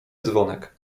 dzwonek